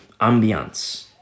ambiance